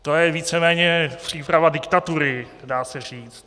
To je víceméně příprava diktatury, dá se říct.